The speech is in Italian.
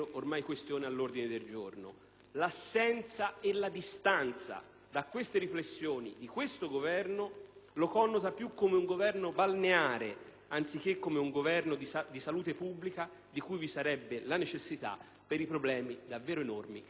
L'assenza e la distanza da queste riflessioni dell'attuale Governo lo connota più come un Governo balneare anziché di salute pubblica, di cui vi sarebbe la necessità per i problemi davvero enormi che sono in gioco.